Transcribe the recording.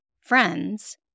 friends